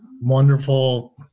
wonderful